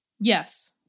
Yes